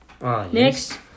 Next